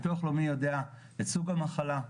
ביטוח לאומי יודע את סוג המחלה,